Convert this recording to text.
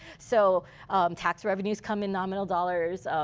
so tax revenues come in nominal dollars.